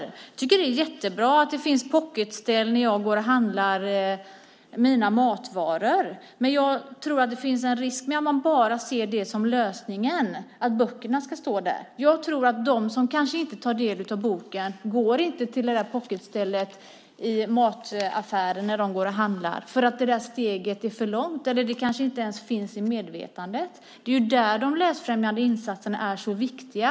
Jag tycker att det är jättebra att det finns pocketställ när jag går och handlar mina matvaror, men jag tror att det finns en risk med att se dessa böcker som en lösning. De som inte tar del av böcker går inte till pocketstället i mataffären när de går och handlar. Det steget är för långt eller finns kanske inte ens i medvetandet. Det är där de läsfrämjande insatserna är så viktiga.